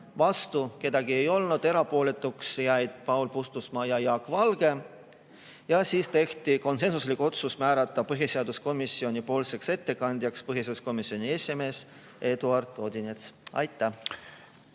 vastu keegi ei olnud, erapooletuks jäid Paul Puustusmaa ja Jaak Valge. Ja siis tehti konsensuslik otsus määrata põhiseaduskomisjoni ettekandjaks põhiseaduskomisjoni esimees Eduard Odinets. Aitäh!